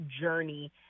journey